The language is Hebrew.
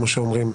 כמו שאומרים,